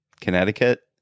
Connecticut